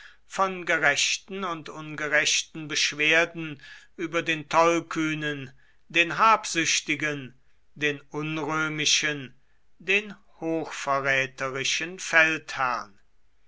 von gerechten und ungerechten beschwerden über den tollkühnen den habsüchtigen den unrömischen den hochverräterischen feldherrn